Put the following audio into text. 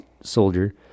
soldier